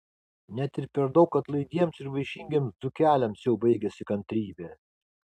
net ir per daug atlaidiems ir vaišingiems dzūkeliams jau baigiasi kantrybė